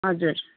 हजुर